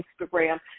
Instagram